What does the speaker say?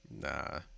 Nah